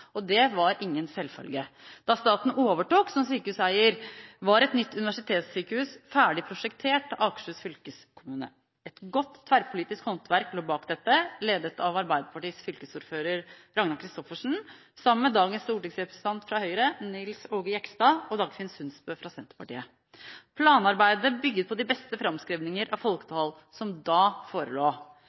Det var ingen selvfølge. Da staten overtok som sykehuseier, var et nytt universitetssykehus ferdig prosjektert av Akershus fylkeskommune. Et godt tverrpolitisk håndverk lå bak dette, ledet av Arbeiderpartiets fylkesordfører Ragnar Kristoffersen sammen med dagens stortingsrepresentant fra Høyre, Nils Aage Jegstad, og Dagfinn Sundsbø fra Senterpartiet. Planarbeidet bygget på de beste framskrivninger av folketall som da forelå.